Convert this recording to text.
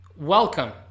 Welcome